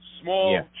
small